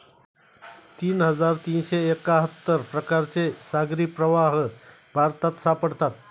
तीन हजार तीनशे एक्काहत्तर प्रकारचे सागरी प्रवाह भारतात सापडतात